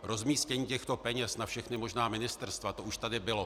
Rozmístění těchto peněz na všechna možná ministerstva, to už tady bylo.